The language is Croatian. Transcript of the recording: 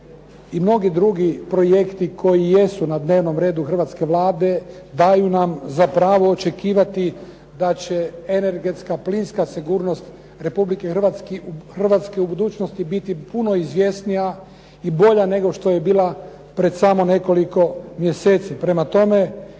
i mnogi drugi projekti koji jesu na dnevnom redu Hrvatske Vlade daju nam za pravo očekivati da će energetska plinska sigurnost Republike Hrvatske u budućnosti biti puno izvjesnija i bolja nego što je bila pred samo nekoliko mjeseci.